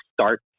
start